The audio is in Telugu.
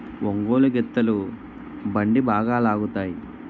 ఒంగోలు గిత్తలు బండి బాగా లాగుతాయి